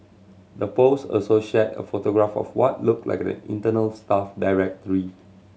the post also shared a photograph of what looked like an internal staff directory